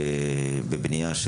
שנמצא בבנייה,